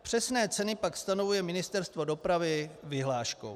Přesné ceny pak stanovuje Ministerstvo dopravy vyhláškou.